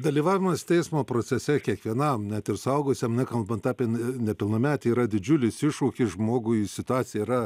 dalyvavimas teismo procese kiekvienam net ir suaugusiam nekalbant apie nepilnametį yra didžiulis iššūkis žmogui situacija yra